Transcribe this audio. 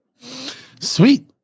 Sweet